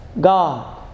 God